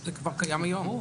זה כבר קיים היום.